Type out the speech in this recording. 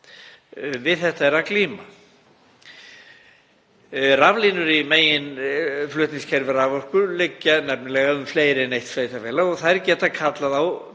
Þetta er að glíma. Raflínur í meginflutningskerfi raforku liggja nefnilega um fleiri en eitt sveitarfélag og þær geta kallað á